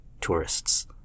tourists